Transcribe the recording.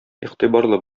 игътибарлы